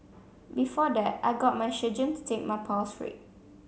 before that I got my surgeon to take my pulse rate